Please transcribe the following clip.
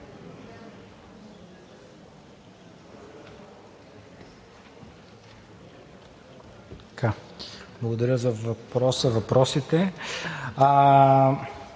Благодаря за въпросите.